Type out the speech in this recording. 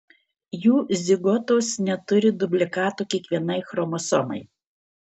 jų zigotos neturi dublikato kiekvienai chromosomai